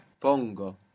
Pongo